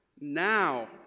Now